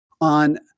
on